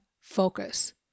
focus